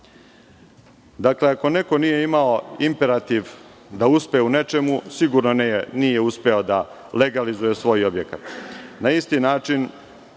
doneli. Dakle, ako neko nije imao imperativ da uspe u nečemu, sigurno nije uspeo da legalizuje svoj objekat. Na isti način